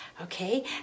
Okay